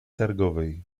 targowej